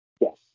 Yes